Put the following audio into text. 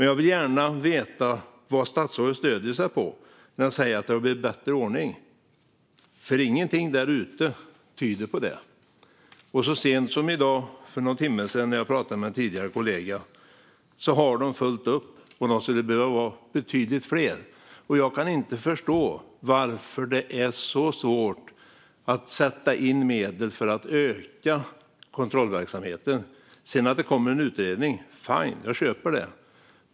Jag vill gärna veta vad statsrådet stöder sig på när han säger att det har blivit bättre ordning, för ingenting därute tyder på det. Så sent som för någon timme sedan pratade jag med en tidigare kollega. De har fullt upp och skulle behöva vara betydligt fler. Jag kan inte förstå varför det är så svårt att sätta in medel för att öka kontrollverksamheten. Att det sedan kommer en utredning, fine, det köper jag.